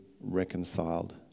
reconciled